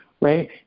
right